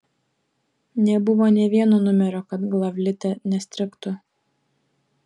nebuvo nė vieno numerio kad glavlite nestrigtų